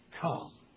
come